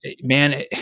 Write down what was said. man